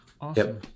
awesome